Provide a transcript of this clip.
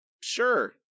sure